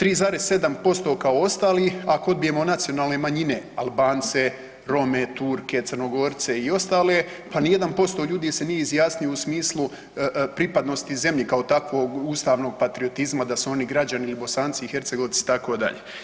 3,7% kao ostali ako odbijemo nacionalne manjine Albance, Rome, Turke, Crnogorce i ostale pa ni jedan posto ljudi se nije izjasnio u smislu pripadnosti zemlji kao takvog ustavnog patriotizma da su oni građani ili Bosanci i Hercegovci itd.